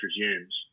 resumes